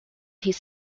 his